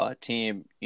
team